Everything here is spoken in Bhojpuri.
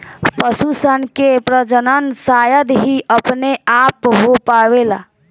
पशु सन के प्रजनन शायद ही अपने आप हो पावेला